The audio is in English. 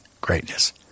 greatness